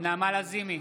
נעמה לזימי,